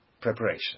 preparation